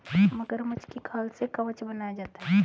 मगरमच्छ की खाल से कवच बनाया जाता है